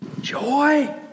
joy